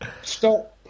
Stop